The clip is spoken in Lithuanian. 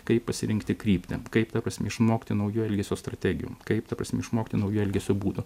kaip pasirinkti kryptį kaip ta prasme išmokti naujų elgesio strategijų kaip ta prasme išmokti naujų elgesio būdų